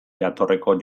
jatorriko